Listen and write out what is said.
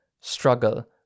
struggle